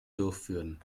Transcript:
durchführen